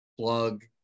plug